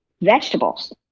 vegetables